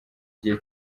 gihe